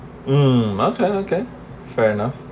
um okay okay fair enough